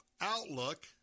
Outlook